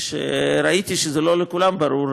כשראיתי שלא לכולם זה ברור,